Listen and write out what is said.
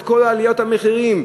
את כל עליות המחירים,